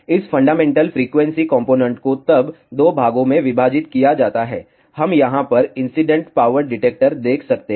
इस fundamental frequency component को तब 2 भागों में विभाजित किया जाता है हम यहाँ पर इंसीडेंट पावर डिटेक्टर देख सकते हैं